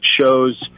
shows